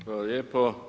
Hvala lijepo.